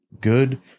good